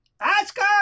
Oscar